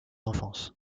enfance